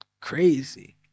crazy